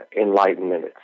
Enlightenment